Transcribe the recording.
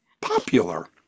popular